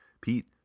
Pete